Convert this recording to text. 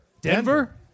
Denver